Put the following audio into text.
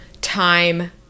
time